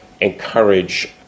encourage